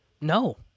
no